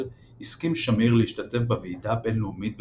הסכים שמיר להשתתף בוועידה בינלאומית במדריד,